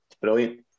brilliant